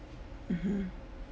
mmhmm